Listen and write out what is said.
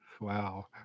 Wow